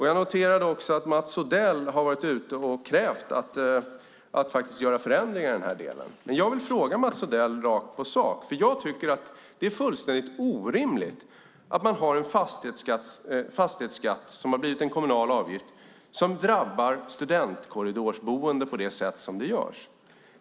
Jag noterade också att Mats Odell har varit ute och krävt att man ska göra förändringar i den här delen. Jag vill fråga Mats Odell om detta rakt på sak. Jag tycker att det är fullständigt orimligt att man har en fastighetsskatt som har blivit en kommunal avgift som drabbar studentkorridorsboende på det sätt som det gör.